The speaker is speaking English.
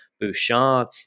Bouchard